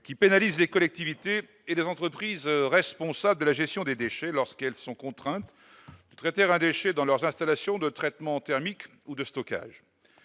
qui pénalise les collectivités et les entreprises, responsable de la gestion des déchets, lorsqu'elles sont contraintes traiter un déchet dans leurs installations de traitement thermique ou de stockage